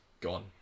gone